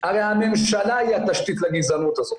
הרי הממשלה היא התשתית לגזענות הזו.